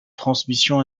transmission